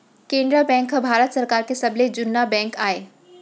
Canara bank ह भारत सरकार के सबले जुन्ना बेंक आय